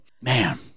man